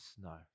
snow